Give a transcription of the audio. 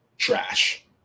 Trash